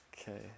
Okay